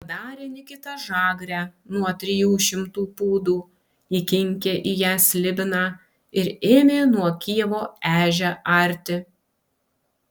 padarė nikita žagrę nuo trijų šimtų pūdų įkinkė į ją slibiną ir ėmė nuo kijevo ežią arti